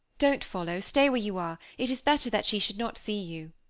don't follow stay where you are it is better that she should not see you.